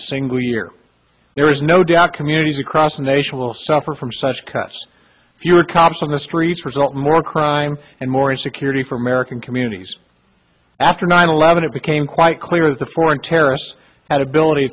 a single year there is no doubt communities across the nation will suffer from such cus fewer cops on the streets result more crime and more security for american communities after nine eleven it became quite clear that the foreign terrorists had ability